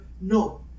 No